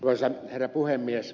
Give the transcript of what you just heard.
arvoisa herra puhemies